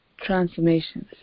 transformations